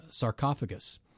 sarcophagus